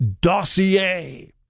dossier